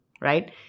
right